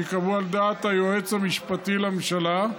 שייקבעו על דעת היועץ המשפטי לממשלה,